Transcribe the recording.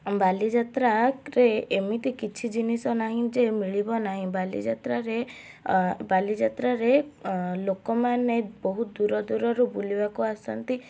ବାଲିଯାତ୍ରା ରେ ଏମିତି କିଛି ଜିନିଷ ନାହିଁ ଯେ ମିଳିବ ନାହିଁ ବାଲିଯାତ୍ରାରେ ବାଲିଯାତ୍ରାରେ ଲୋକମାନେ ବହୁତ ଦୂର ଦୂରରୁ ବୁଲିବାକୁ ଆସନ୍ତି